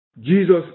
Jesus